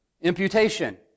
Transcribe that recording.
imputation